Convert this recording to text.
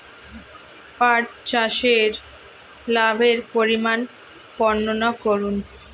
পাঠ চাষের লাভের পরিমান বর্ননা করুন?